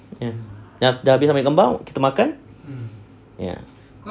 mm ya dah habis ambil gambar kita makan ya